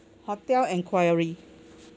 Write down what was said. hotel enquiry